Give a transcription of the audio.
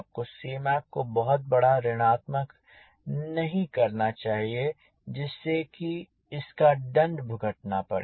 आपको Cmac को बहुत बड़ा ऋणात्मक नहीं करना चाहिए जिससे कि इसका दंड भुगतना पड़े